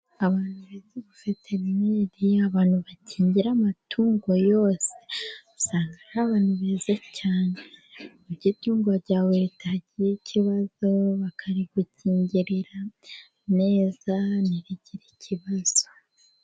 Abantu bitwa abaveterineri, abantu bakingira amatungo yose, usanga ari abantu beza cyane, iyo itungo ryawe ritagira ikibazo, bakarigukingirira neza ntirigire ikibazo.